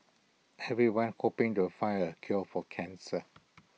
everyone hoping to find the cure for cancer